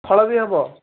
ଫଳ ବି ହେବ